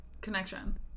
connection